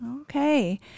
Okay